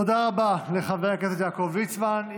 תודה רבה לחבר הכנסת יעקב ליצמן.